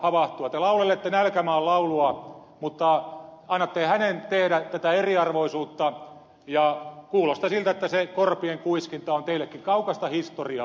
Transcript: te laulelette nälkämaan laulua mutta annatte hänen tehdä tätä eriarvoisuutta ja kuulostaa siltä että se korpien kuiskinta on teillekin kaukaista historiaa enää